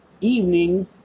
evening